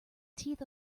teeth